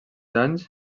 anys